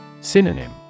Synonym